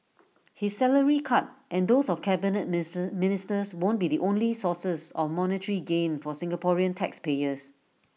his salary cut and those of cabinet ministers won't be the only sources of monetary gain for Singaporean taxpayers